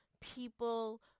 People